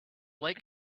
like